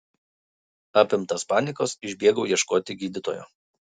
apimtas panikos išbėgau ieškoti gydytojo